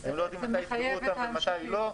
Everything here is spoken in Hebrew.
הם לא יודעים מתי יסגרו אותם ומתי לא.